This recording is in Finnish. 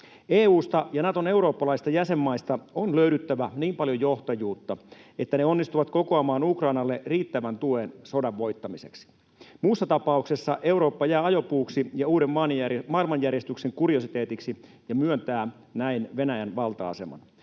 EU:sta ja Naton eurooppalaisista jäsenmaista on löydyttävä niin paljon johtajuutta, että ne onnistuvat kokoamaan Ukrainalle riittävän tuen sodan voittamiseksi. Muussa tapauksessa Eurooppa jää ajopuuksi ja uuden maailmanjärjestyksen kuriositeetiksi ja myöntää näin Venäjän valta-aseman.